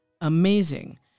amazing